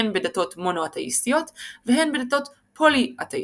הן בדתות מונותאיסטיות והן בדתות פוליתאיסטיות.